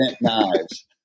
knives